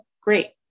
great